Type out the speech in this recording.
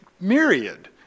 myriad